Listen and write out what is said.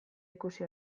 ikusi